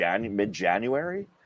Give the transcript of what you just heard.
mid-January